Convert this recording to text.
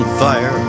fire